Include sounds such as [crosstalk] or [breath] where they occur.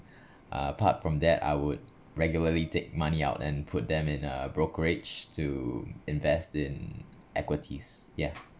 [breath] apart from that I would regularly take money out and put them in a brokerage to invest in equities ya [noise]